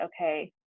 okay